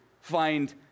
find